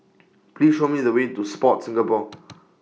Please Show Me The Way to Sport Singapore